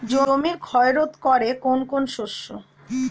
জমির ক্ষয় রোধ করে কোন কোন শস্য?